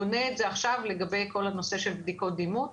בונה את זה עכשיו לגבי כל הנושא של בדיקות דימות.